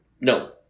no